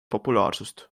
populaarsust